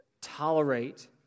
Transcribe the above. tolerate